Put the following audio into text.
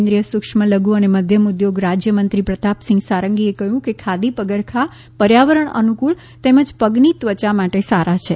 કેન્રિઇનથ સૂક્મા લધુ અને મધ્યમ ઉદ્યોગ રાજ્યમંત્રી પ્રતાપચંદ સારંગીએ કહ્યું કે ખાદી પગરખા પર્યાવરણ અનુકુળ તેમજ પગની ત્વયા માટે સારા છે